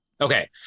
okay